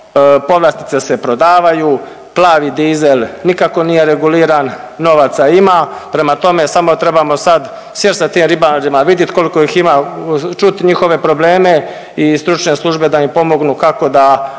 povlastice se prodavaju, plavi dizel nikako nije reguliran, novaca ima. Prema tome, samo trebamo sad sjest sa tim ribarima, vidjet koliko ih ima, čuti njihove probleme i stručne službe da im pomognu kako da